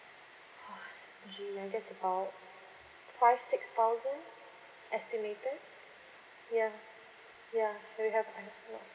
oh gee I guess about five six thousand estimated ya ya we have I have one